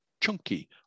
chunky